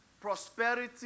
prosperity